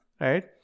right